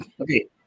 Okay